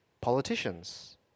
politicians